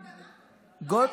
קופה קטנה, ההסתדרות,